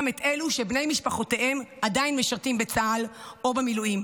את אלו שבני משפחותיהם עדיין משרתים בצה"ל או במילואים,